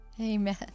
Amen